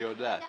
היא יודעת.